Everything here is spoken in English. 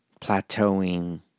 plateauing